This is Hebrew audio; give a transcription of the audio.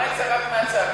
מה יצא רק מהצעקות?